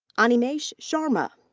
animesh sharma.